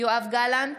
יואב גלנט,